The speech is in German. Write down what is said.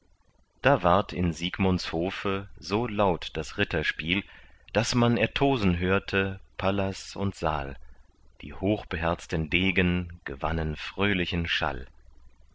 da ward in siegmunds hofe so laut das ritterspiel daß man ertosen hörte pallas und saal die hochbeherzten degen gewannen fröhlichen schall